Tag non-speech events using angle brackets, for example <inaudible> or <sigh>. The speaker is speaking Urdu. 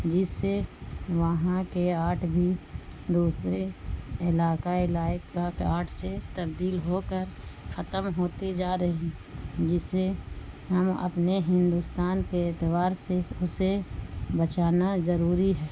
جس سے وہاں کے آرٹ بھی دوسرے علاقائی <unintelligible> آرٹ سے تبدیل ہو کر ختم ہوتی جا رہی جس سے ہم اپنے ہندوستان کے اعتبار سے اسے بچانا ضروری ہے